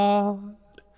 God